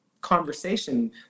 conversation